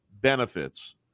benefits